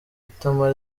itama